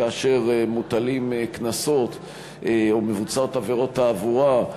כאשר מוטלים קנסות או מבוצעות עבירות תעבורה,